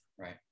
right